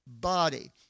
Body